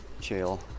chill